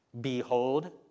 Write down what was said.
behold